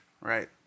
Right